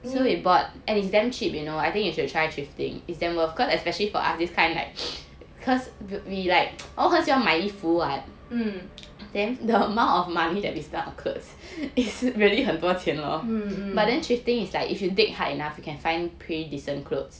mm mm mm